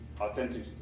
authentic